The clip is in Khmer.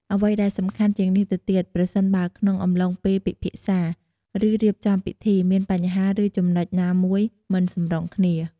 អ្វីដែលសំខាន់ជាងនេះទៅទៀត ប្រសិនបើក្នុងអំឡុងពេលពិភាក្សា ឬរៀបចំពិធី មានបញ្ហាឬចំណុចណាមួយមិនសម្រុងគ្នា។